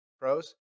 pros